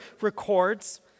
records